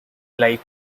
like